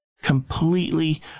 completely